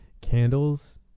candles